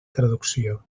traducció